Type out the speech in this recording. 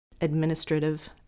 Administrative